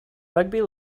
rugby